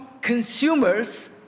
consumers